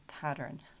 pattern